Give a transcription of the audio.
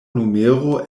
numero